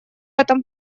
этом